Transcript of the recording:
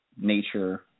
nature